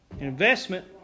Investment